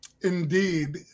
indeed